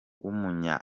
w’umunya